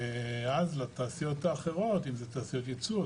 ואז לתעשיות אחרות אם זה תעשיות ייצוא,